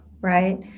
right